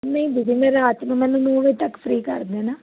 ਨਹੀਂ ਦੀਦੀ ਮੈਂ ਰਾਤ ਨੂੰ ਮੈਨੂੰ ਨੌ ਵਜੇ ਤੱਕ ਫਰੀ ਕਰ ਦੇਣਾ